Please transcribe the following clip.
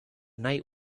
night